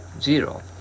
Zero